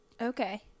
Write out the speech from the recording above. okay